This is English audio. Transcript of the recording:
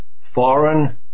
foreign